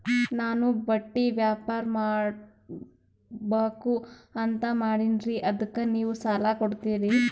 ನಾನು ಬಟ್ಟಿ ವ್ಯಾಪಾರ್ ಮಾಡಬಕು ಅಂತ ಮಾಡಿನ್ರಿ ಅದಕ್ಕ ನೀವು ಸಾಲ ಕೊಡ್ತೀರಿ?